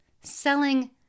selling